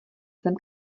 zem